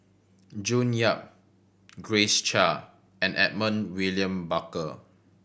June Yap Grace Chia and Edmund William Barker